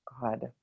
God